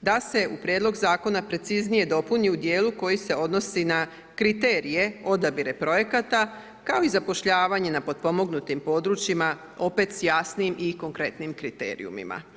da se u Prijedlog Zakona preciznije dopuni u dijelu koji se odnosi na kriterije odabira projekata, kao i zapošljavanje na potpomognutim područjima opet s jasnim i konkretnim kriterijima.